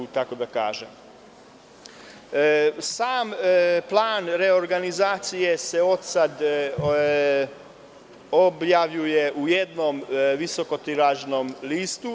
Sam plan reorganizacije se odsad objavljuje u jednom visokotiražnom listu.